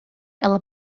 ela